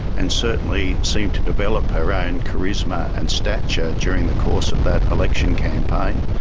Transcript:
and certainly seemed to develop her own charisma and stature during the course of that election campaign.